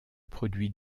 produit